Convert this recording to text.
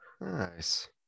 Nice